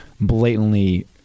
blatantly